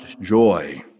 joy